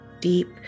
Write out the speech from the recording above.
deep